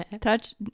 Touch